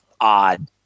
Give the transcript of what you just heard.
odd